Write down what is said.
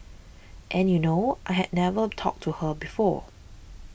and you know I had never talked to her before